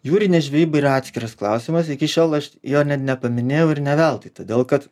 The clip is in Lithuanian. jūrinė žvejyba yra atskiras klausimas iki šiol aš jo net nepaminėjau ir ne veltui todėl kad